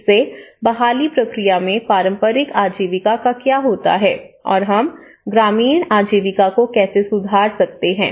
इससे बहाली प्रक्रिया में पारंपरिक आजीविका का क्या होता है और हम ग्रामीण आजीविका को कैसे सुधारसकते हैं